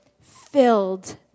filled